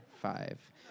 five